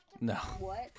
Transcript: No